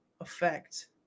affect